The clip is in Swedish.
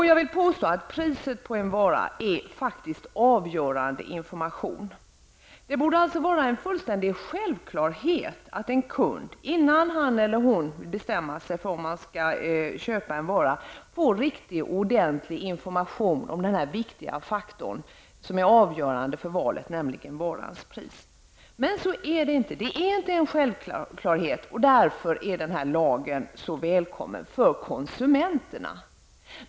Jag vill påstå att priset på en vara faktiskt är avgörande information. Det borde alltså vara en fulltständig självklarhet att en kund innan han eller hon vill bestämma sig för att köpa en vara får riktig och ordentlig information om den viktiga och avgörande faktor för valet som varans pris är. Men så är det inte. Det är inte en självklarhet. Därför är lagen så välkommen för konsumenterna.